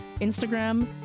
Instagram